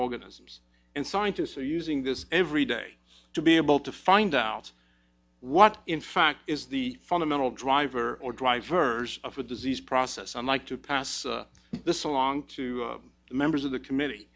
organisms and scientists are using this every day to be able to find out what in fact is the fundamental driver or drivers of the disease process and like to pass this along to the members of the committee